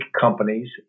companies